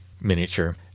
miniature